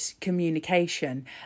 communication